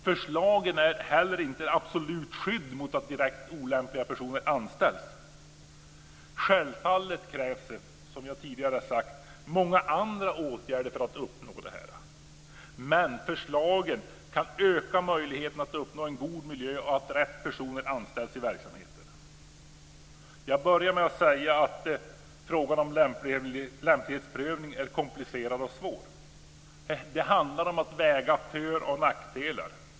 Förslagen är inte heller ett absolut skydd mot att direkt olämpliga personer anställs. Självfallet krävs, som jag har sagt tidigare, många andra åtgärder för att uppnå detta. Men förslagen kan öka möjligheten att skapa en god miljö och att rätt personer anställs i verksamheterna. Jag började med att säga att frågan om lämplighetsprövning är komplicerad och svår. Det handlar om att väga för och nackdelar.